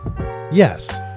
Yes